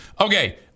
Okay